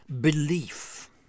belief